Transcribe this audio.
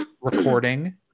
recording